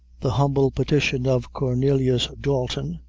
the humble petition of cornelius dalton,